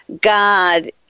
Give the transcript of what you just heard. God